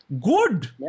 Good